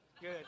Good